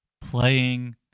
playing